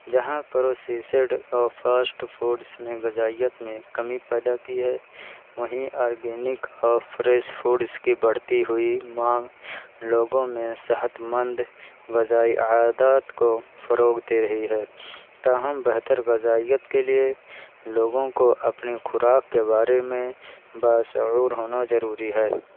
جہاں پروسیسڈ اور fast foods نے غذائیت میں کمی پیدا کی ہے وہیں آرگینک اور فریش فوڈس کی بڑھتی ہوئی مانگ لوگوں میں صحتمند غذائی عادات کو فروغ دے رہی ہے تاہم بہتر غذائیت کے لیے لوگوں کو اپنی خوراک کے بارے میں باشعور ہونا ضروری ہے